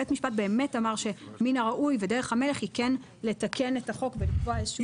בית המשפט באמת אמר שדרך המלך היא כן לתקן את החוק ולקבוע איזה שהוא